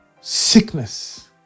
sickness